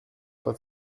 pas